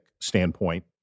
standpoint